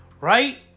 Right